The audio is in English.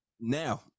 now